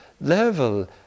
level